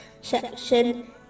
section